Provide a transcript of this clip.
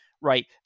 right